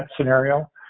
scenario